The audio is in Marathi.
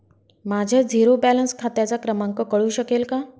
माझ्या झिरो बॅलन्स खात्याचा क्रमांक कळू शकेल का?